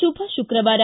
ಶುಭ ಶುಕ್ರವಾರ